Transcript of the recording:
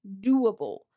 doable